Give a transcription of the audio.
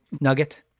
nugget